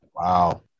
Wow